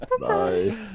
Bye